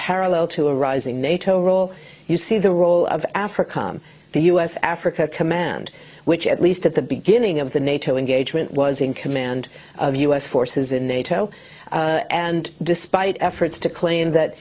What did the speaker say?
parallel to a rising nato role you see the role of africa the u s africa command which at least at the beginning of the nato engagement was in command of u s forces in nato and despite efforts to claim that